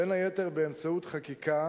בין היתר באמצעות חקיקה